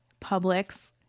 publix